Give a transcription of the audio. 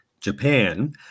Japan